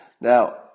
Now